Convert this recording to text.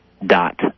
dot